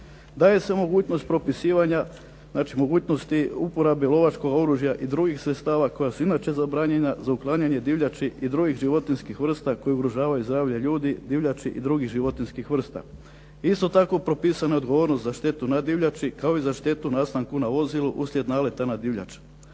Daje se mogućnost propisivanja, znači mogućnosti uporabe lovačkog oružja i drugih sredstava koja su inače zabranjena za uklanjanje divljači i drugih životinjskih vrsta koji ugrožavaju zdravlje ljudi, divljači i drugih životinjskih vrsta. Isto tako propisana je odgovornost za štetu na divljači kao i za štetu nastanku na vozilu uslijed naleta na divljač.